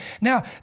Now